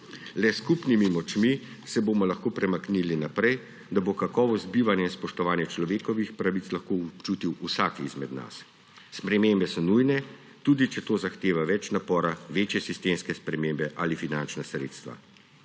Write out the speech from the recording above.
Le s skupnimi močmi se bomo lahko premaknili naprej, da bo kakovost bivanja in spoštovanja človekovih pravic lahko občutil vsak izmed nas. Spremembe so nujne, tudi če to zahteva več napora, večje sistemske spremembe ali finančna sredstva.